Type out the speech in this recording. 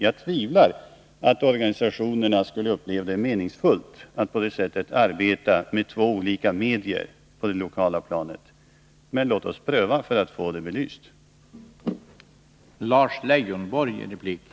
Jag tvivlar på att organisationerna skulle uppleva det som meningsfullt att på det sättet arbeta med två olika medier på det lokala planet. Men låt oss pröva, så att vi får den saken belyst!